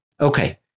Okay